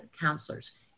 counselors